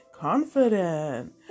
confident